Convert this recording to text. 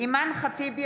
אימאן ח'טיב יאסין,